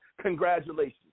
congratulations